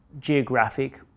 geographic